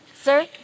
Sir